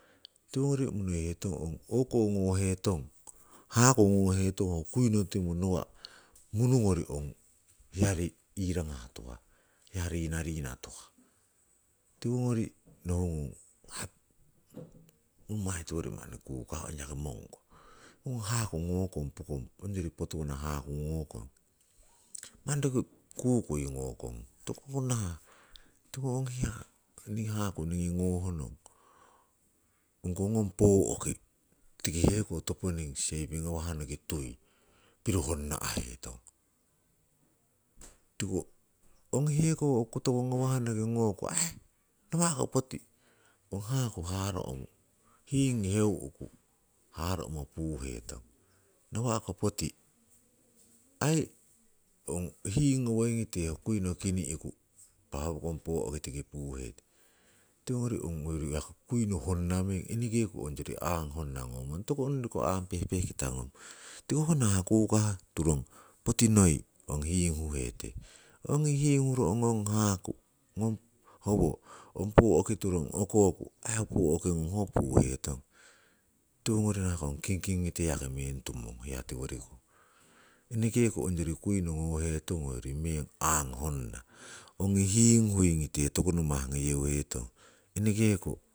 Tiwongori monoihetong ong o'ko ngohetong haku ngohetong ho kiuno timung nawa' munugori ong hiya irangah tuhah, hiya rinarina tuhah. Tiwongori nohungung ong aii nommai tiwori manni kukah ong yaki mongko. Ong haku ngokong pokong, ongyori pokong patuwana ngokong, manni yaki kukui ngokong, toku ho nah tiko ong a haku ningii ngongong ongkoh ong pooki heko noki sep ngowohnoki tui piro hongna'hetong tiko ongi heko kotoh ngawangawah noki, ongko aii nawa' koh poti haku haro'ku hiingi heuku haro'mo puhetong nawa' ko poti aii ong hing ngowoiyinite kuino kini'ku ho pokong pooki tiki puhetong, tiwogori ongyori kiuno honnah meng impa enekeko hoyori aang honna ngomong toku hoyori ko aang pehpehkita ngomong, tiko ho nahah kukah toron poti turong koku poki oh puhetong. Tiwongori nahamong kinkingite yaki meng tumong, hiya tiworiko, enekeko hoyori kiuno ngohetong ongyori meng aang honna ongi hiing huingite toku namah ngoyeuhetong enekeko.